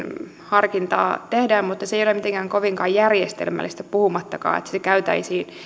harkintaa tehdään mutta se ei ole kovinkaan järjestelmällistä puhumattakaan siitä että se käytäisiin